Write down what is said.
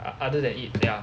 o~ other than eat ya